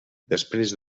després